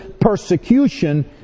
persecution